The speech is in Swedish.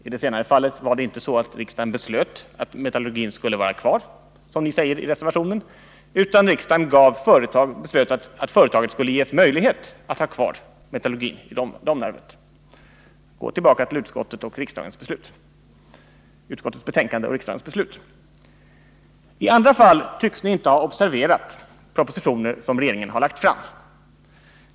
I det senare fallet var det inte som ni säger i reservationen, att riksdagen beslöt att metallurgin skulle vara kvar i Domnarvet, utan i riksdagsbeslutet sades att företaget skulle ges möjlighet att ha kvar metallurgin där — detta kan ni konstatera genom att gå tillbaka till utskottsbetänkandet och riksdagens beslut. I andra fall tycks ni inte ha observerat propositioner som regeringen har lagt fram.